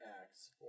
acts